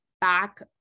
back